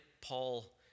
Paul